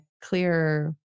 clearer